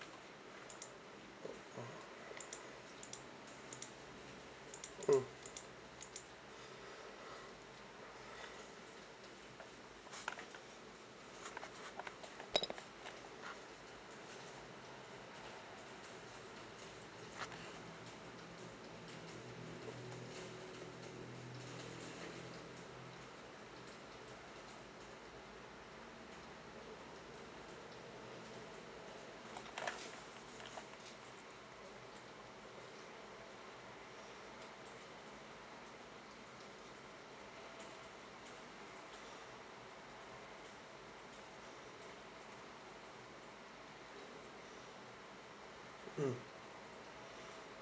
mm mm